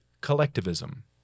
collectivism